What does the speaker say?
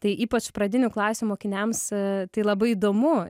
tai ypač pradinių klasių mokiniams tai labai įdomu